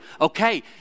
Okay